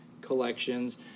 collections